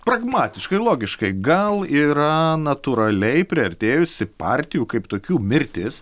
pragmatiškai ir logiškai gal yra natūraliai priartėjusi partijų kaip tokių mirtis